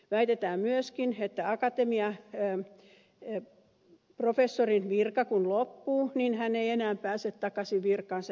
väitetään myöskin että akatemiaprofessorin virka kun loppuu niin hän ei enää pääse takaisin virkaansa yliopistoon